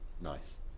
Nice